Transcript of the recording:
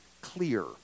clear